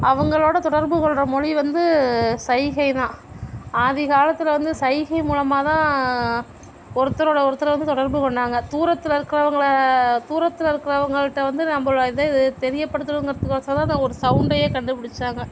அவங்களோட தொடர்புகொள்கிற மொழி வந்து சைகைதான் ஆதிகாலத்தில் வந்து சைகை மூலமாகதான் ஒருத்தரோட ஒருத்தரை வந்து தொடர்பு கொண்டாங்க தூரத்தில் இருக்குறவங்கள தூரத்தில் இருக்குறவங்கள்ட்ட வந்து நம்மளோட இத தெரியப் படுத்தணுங்கிறத்துக்கோசரம் தான் இந்த ஒரு சவுண்டையே கண்டுப் பிடிச்சாங்க